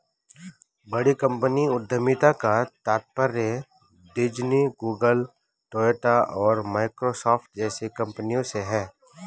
बड़ी कंपनी उद्यमिता का तात्पर्य डिज्नी, गूगल, टोयोटा और माइक्रोसॉफ्ट जैसी कंपनियों से है